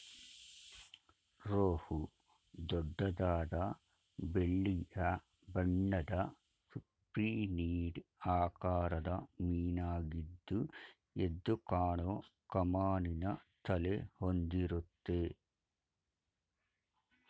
ರೋಹು ದೊಡ್ಡದಾದ ಬೆಳ್ಳಿಯ ಬಣ್ಣದ ಸಿಪ್ರಿನಿಡ್ ಆಕಾರದ ಮೀನಾಗಿದ್ದು ಎದ್ದುಕಾಣೋ ಕಮಾನಿನ ತಲೆ ಹೊಂದಿರುತ್ತೆ